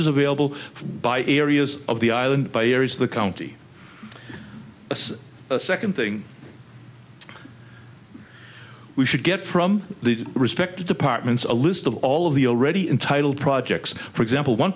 is available by areas of the island by areas of the county as a second thing we should get from the respective departments a list of all of the already entitle projects for example one